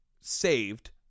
saved